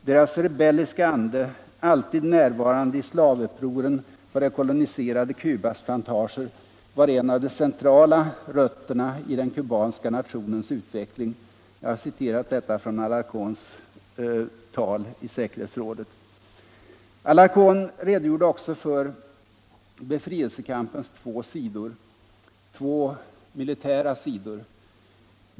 Deras rebelliska anda, alltid närvarande i slavupproren på det koloniserade Cubas plantager, var en av de centrala rötterna i den kubanska nationens utveckling.” Jag har citerat detta ur Alarcéöns tal i säkerhetsrådet. Alarcön redogjorde också för befrielsekampens två militära sidor.